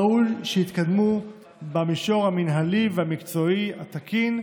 ראוי שיתקדמו במישור המינהלי והמקצועי התקין,